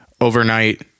overnight